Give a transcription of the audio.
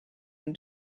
und